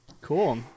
Cool